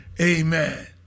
Amen